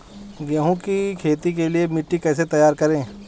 गेहूँ की खेती के लिए मिट्टी कैसे तैयार करें?